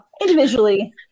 individually